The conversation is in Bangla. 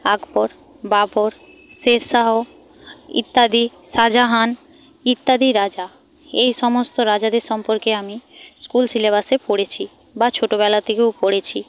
আকবর বাবর শেরশাহ ইত্যাদি শাহজাহান ইত্যাদি রাজা এই সমস্ত রাজাদের সম্পর্কে আমি স্কুল সিলেবাসে পড়েছি বা ছোটবেলা থেকেও পড়েছি